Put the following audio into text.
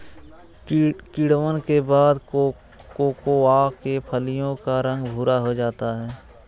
किण्वन के बाद कोकोआ के फलियों का रंग भुरा हो जाता है